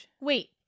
Wait